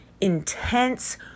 intense